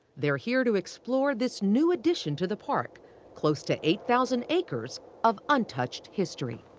they're here to explore this new addition to the park close to eight thousand acres of untouched history.